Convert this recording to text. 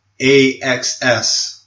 AXS